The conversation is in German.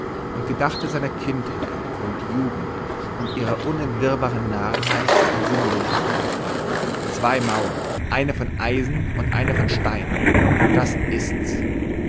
und gedachte seiner kindheit und jugend und ihrer unentwirrbaren narrheit und sinnlosigkeit zwei mauern eine von eisen und eine von stein das ist's